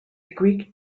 greek